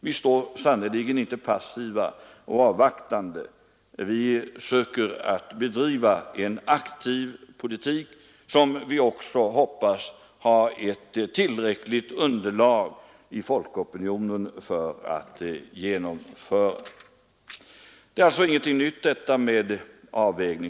Vi står sannerligen inte passiva och avvaktande, vi söker att bedriva en aktiv politik som vi också hoppas har ett tillräckligt underlag i folkopinionen för att kunna genomföras. Avvägningsfrågor är alltså ingenting nytt.